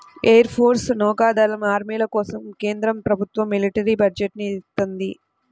air force, నౌకా దళం, ఆర్మీల కోసం కేంద్ర ప్రభుత్వం మిలిటరీ బడ్జెట్ ని ఇత్తంది